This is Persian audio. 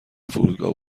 فرودگاه